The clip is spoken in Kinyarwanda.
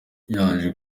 yaje